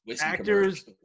actors